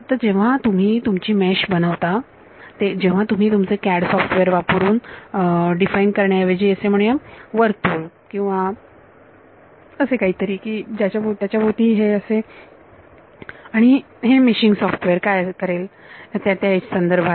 तर जेव्हा तुम्ही तुमची मेश बनवता जेव्हा तुम्ही तुमचे CAD सॉफ्टवेअर वापरून डिफाइन करण्याऐवजी असे म्हणूया वर्तुळ किंवा असे काही तरी त्याच्या भोवती असे आणि हे मेशिंग सॉफ्टवेअर काय करेल त्या त्या एज संदर्भात